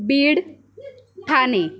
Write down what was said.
Beed Thane